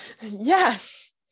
Yes